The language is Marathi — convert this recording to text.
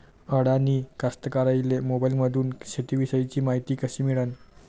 अडानी कास्तकाराइले मोबाईलमंदून शेती इषयीची मायती कशी मिळन?